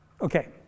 Okay